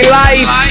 life